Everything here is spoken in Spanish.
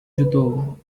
youtube